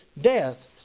death